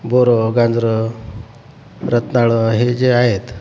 बोरं गाजरं रताळं हे जे आहेत